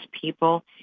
people